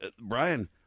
Brian